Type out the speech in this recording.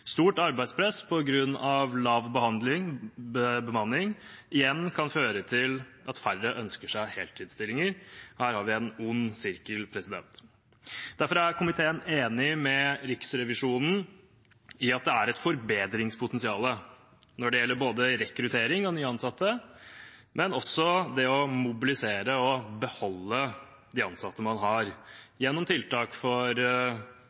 Stort arbeidspress på grunn av lav bemanning kan igjen føre til at færre ønsker seg heltidsstillinger – her har vi en ond sirkel. Derfor er komiteen enig med Riksrevisjonen i at det er et forbedringspotensial, når det gjelder både å rekruttere nye ansatte og å mobilisere og beholde de ansatte man har gjennom tiltak for